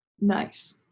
Nice